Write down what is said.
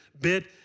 bit